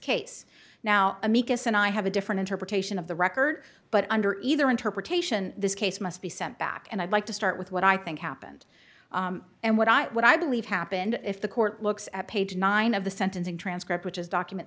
case now amicus and i have a different interpretation of the record but under either interpretation this case must be sent back and i'd like to start with what i think happened and what i what i believe happened if the court looks at page nine of the sentencing transcript which is document